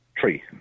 Three